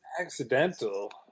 Accidental